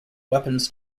weapons